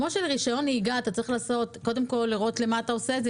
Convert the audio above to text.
כמו שלרשיון נהיגה אתה צריך לראות למה אתה עושה את זה,